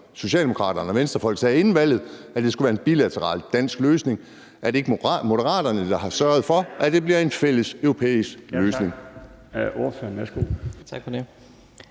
Socialdemokraterne og Venstrefolk sagde inden valget, altså at det skulle være en bilateral dansk løsning? Er det ikke Moderaterne, der har sørget for, at det bliver en fælleseuropæisk løsning?